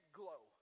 glow